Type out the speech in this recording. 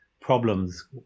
problems